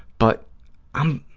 but i'm,